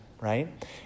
right